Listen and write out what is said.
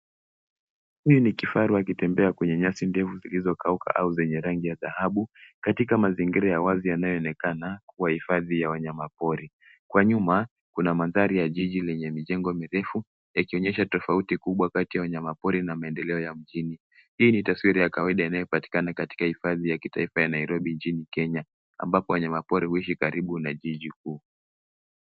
Huyu ni kifaru akitembea kwenye nyasi ndefu zilizokauka au zenye rangi ya dhahabu. Katika mazingira ya wazi yanayoonekana kuwa hifadhi ya wanyama pori. Kwa nyuma kuna mandhari ya jiji yenye majengo marefu, yakionyesha tofauti kubwa kati ya wanyama pori na maendeleo ya mjini. Hii ni taswira ya kawaida inayopatikana katika hifadhi ya kitaifa ya Nairobi nchini Kenya ambapo wanyama pori huishi karibu na jiji kuu.